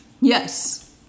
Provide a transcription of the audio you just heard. Yes